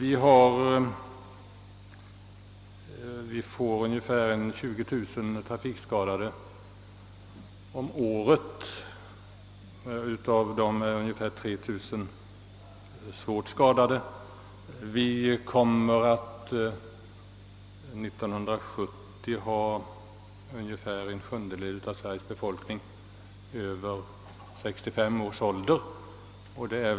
I vårt land blir ungefär 20 000 personer årligen trafikskadade och av dem ungefär 3000 svårt skadade. Omkring 1970 kommer ungefär en sjundedel av Sveriges befolkning att vara äldre än 65 år.